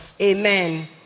Amen